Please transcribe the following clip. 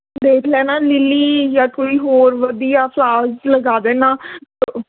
ਦੇਖ ਲੈਣਾ ਲਿੱਲੀ ਜਾਂ ਕੋਈ ਹੋਰ ਵਧੀਆ ਫਲਾਵਰਸ ਲਗਾ ਦੇਣਾ